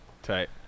tight